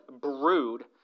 brood